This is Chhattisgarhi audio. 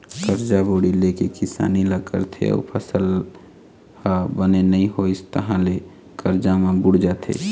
करजा बोड़ी ले के किसानी ल करथे अउ फसल ह बने नइ होइस तहाँ ले करजा म बूड़ जाथे